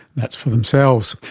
that's for themselves.